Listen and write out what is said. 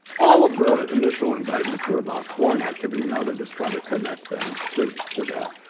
all of the initially indictments were about foreign activity. now they're just trying to connect them to to that.